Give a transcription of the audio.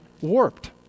warped